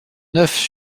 neuf